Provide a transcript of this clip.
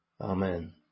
Amen